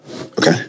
Okay